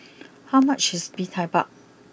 how much is Mee Tai Mak